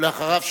ואחריו,